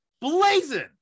blazing